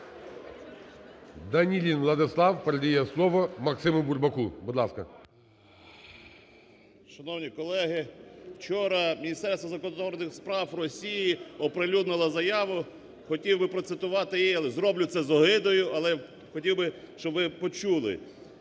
Данілін Владислав, передає слово Максиму Бурбаку. Будь ласка. 10:11:09 БУРБАК М.Ю. Шановні колеги, вчора Міністерство закордонних справ Росії оприлюднило заяву, хотів би процитувати її, але зроблю це з огидою, але хотів би, щоб ви почули.